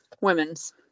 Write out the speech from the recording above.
women's